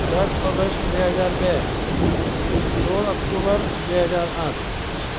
દસ ઓગસ્ટ બે હજાર બે સોળ ઓકટોબર બે હજાર આઠ